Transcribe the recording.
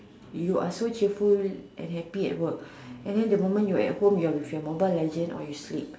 you're so cheerful and happy at work and then the moment you're at home you're with your mobile legend or you sleep